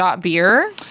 beer